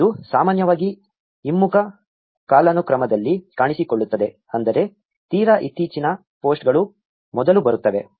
ಇದು ಸಾಮಾನ್ಯವಾಗಿ ಹಿಮ್ಮುಖ ಕಾಲಾನುಕ್ರಮದಲ್ಲಿ ಕಾಣಿಸಿಕೊಳ್ಳುತ್ತದೆ ಅಂದರೆ ತೀರಾ ಇತ್ತೀಚಿನ ಪೋಸ್ಟ್ಗಳು ಮೊದಲು ಬರುತ್ತವೆ